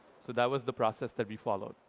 so that was the process that we followed.